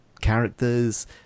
characters